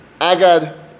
Agad